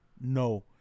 No